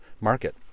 market